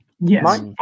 Yes